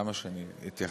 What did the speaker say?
למה שאני אתייחס?